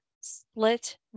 split